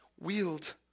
wield